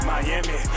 Miami